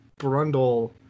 Brundle